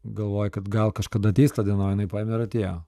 galvoji kad gal kažkada ateis ta diena o jinai paėmė ir atėjo